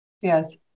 yes